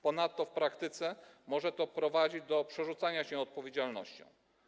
Ponadto w praktyce może to prowadzić do przerzucania się odpowiedzialnością.